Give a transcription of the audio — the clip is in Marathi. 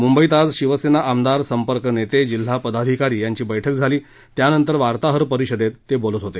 मुंबईत आज शिवसेना आमदार संपर्क नेते जिल्हा पदाधिकारी यांची बैठक झाली त्यानंतर वार्ताहर परिषदेत ते बोलत होते